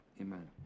amen